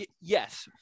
yes